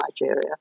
Nigeria